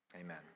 amen